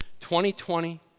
2020